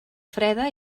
freda